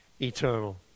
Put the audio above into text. eternal